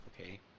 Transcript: Okay